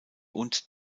und